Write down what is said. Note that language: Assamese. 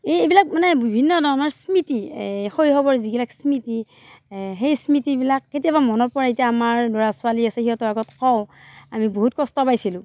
এইবিলাক মানে বিভিন্ন ধৰণৰ স্মৃতি শৈশৱৰ যিবিলাক স্মৃতি সেই স্মৃতি বিলাক কেতিয়াবা মনত পৰে এতিয়া আমাৰ ল'ৰা ছোৱালী আছে সিহঁতৰ আগত কওঁ আমি বহুত কষ্ট পাইছিলো